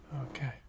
Okay